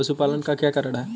पशुपालन का क्या कारण है?